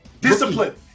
Discipline